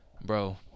bro